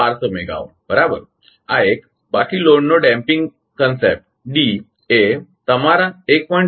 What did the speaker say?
તેથી 1200 મેગાવાટ બરાબર આ એક બાકી લોડનો ડેમપીંગ કોન્સંટ ડી એ તમારા 1